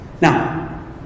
Now